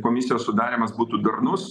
komisijos sudarymas būtų darnus